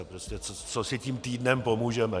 Prostě co si tím týdnem pomůžeme?